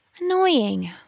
Annoying